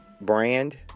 brand